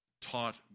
taught